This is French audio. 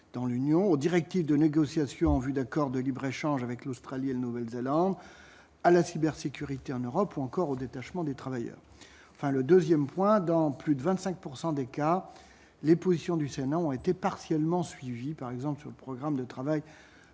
dans l'Union aux directives de négociations en vue d'accords de libre-échange avec l'Australie et le Nouvelle-Zélande à la cybersécurité en Europe ou encore au détachement des travailleurs, enfin le 2ème point dans plus de 25 pourcent des cas les positions du Sénat ont été partiellement suivie par exemple sur le programme de travail